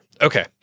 Okay